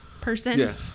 person